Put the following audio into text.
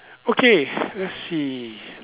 okay let's see